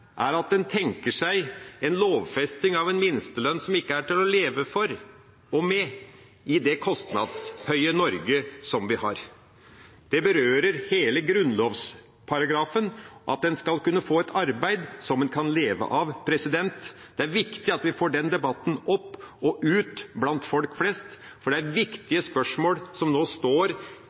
er at en tenker seg lovfesting av en minstelønn som ikke er til å leve for og med i det kostnadshøye Norge. Det berører hele grunnlovsparagrafen at en skal kunne få et arbeid som en kan leve av. Det er viktig at vi får den debatten opp og ut blant folk flest, for det er viktige spørsmål som nå står